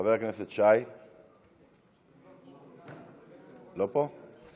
חבר הכנסת שי, לא פה?